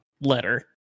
letter